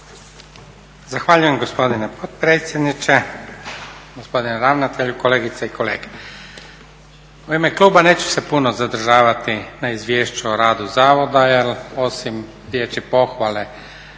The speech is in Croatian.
Zahvaljujem gospodine potpredsjedniče, gospodine ravnatelju, kolegice i kolege. U ime kluba neću se puno zadržavati na izvješću o radu zavoda jel osim riječi pohvale